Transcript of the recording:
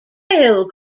pale